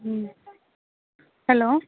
hello